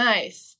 Nice